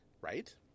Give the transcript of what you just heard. right